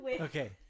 Okay